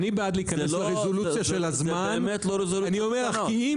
אני בעד להיכנס לרזולוציה של הזמן כי אם